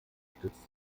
stützt